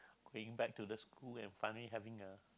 being back to the school and finally having a